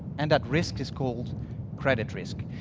and that risk is called credit risk.